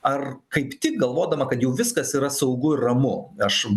ar kaip tik galvodama kad jau viskas yra saugu ir ramu aš